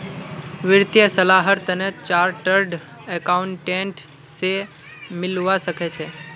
वित्तीय सलाहर तने चार्टर्ड अकाउंटेंट स मिलवा सखे छि